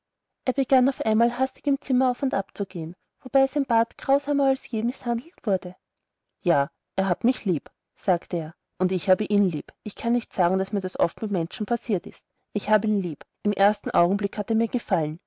er begann auf einmal hastig im zimmer auf und ab zu gehen wobei der bart grausamer als je mißhandelt wurde ja er hat mich lieb sagte er und ich habe ihn lieb ich kann nicht sagen daß mir das oft mit menschen passiert ist ich hab ihn lieb im ersten augenblick hat er mir gefallen